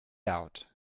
out